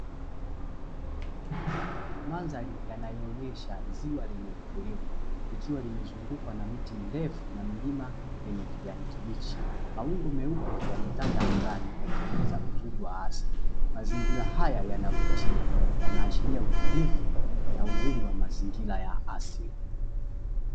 Mandhari yanayoonyesha ziwa lenye utulivu likiwa limezungukwa na miti mirefu na milima yenye kijani kibichi, mawingu meupe yametanda angani yakiongeza uzuri wa asili, mazingira haya yanavutia, yanaashiria utulivu na uzuri wa mazingira ya asili.